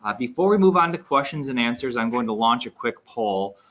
um before we move onto questions and answers, i'm going to launch a quick poll.